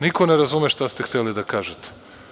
Niko ne razume šta ste hteli da kažete.